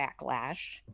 backlash